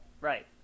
Right